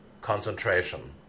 concentration